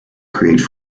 create